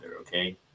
okay